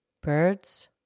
birds